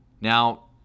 Now